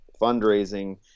fundraising